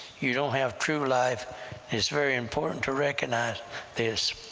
you don't have true life it's very important to recognize this.